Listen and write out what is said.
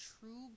true